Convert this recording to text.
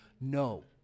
No